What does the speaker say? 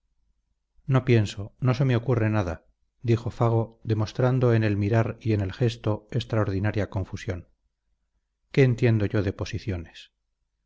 no pienso no se me ocurre nada dijo fago demostrando en el mirar y en el gesto extraordinaria confusión qué entiendo yo